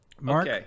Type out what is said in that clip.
mark